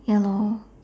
ya lor